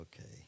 Okay